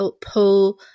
pull